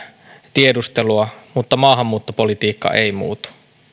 tiedustelua mutta maahanmuuttopolitiikka ei muutu